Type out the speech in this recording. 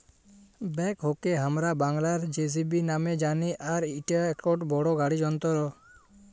ব্যাকহোকে হামরা বাংলায় যেসিবি নামে জানি আর ইটা একটো বড় গাড়ি যন্ত্র